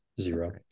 zero